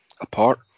apart